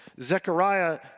Zechariah